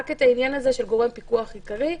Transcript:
רק את העניין הזה של גורם פיקוח עיקרי,